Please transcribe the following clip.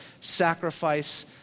sacrifice